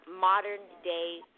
modern-day